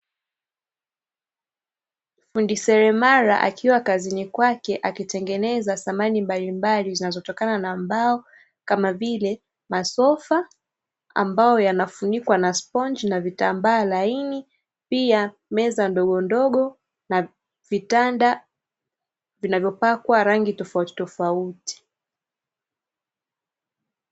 Fundi seremala akiwa kazini kwake akitengeneza samani mbalimbali zinazotokana na mbao kama vile: masofa ambayo yanafunikwa na sponchi na vitambaa laini pia meza ndogo ndogo na vitanda vinavyopakwa rangi tofauti tofauti.